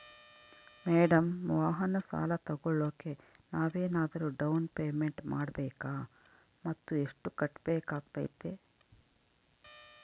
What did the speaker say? Madam ವಾಹನ ಸಾಲ ತೋಗೊಳೋಕೆ ನಾವೇನಾದರೂ ಡೌನ್ ಪೇಮೆಂಟ್ ಮಾಡಬೇಕಾ ಮತ್ತು ಎಷ್ಟು ಕಟ್ಬೇಕಾಗ್ತೈತೆ?